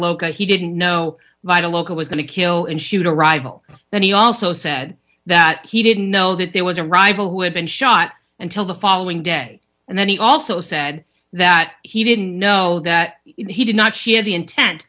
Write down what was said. loca he didn't know but a local was going to kill and shoot a rival then he also said that he didn't know that there was a rival who had been shot until the following day and then he also said that he didn't know that he did not she had the intent